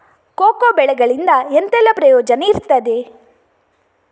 Cocoa ಬೆಳೆಗಳಿಂದ ಎಂತೆಲ್ಲ ಪ್ರಯೋಜನ ಇರ್ತದೆ?